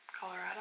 Colorado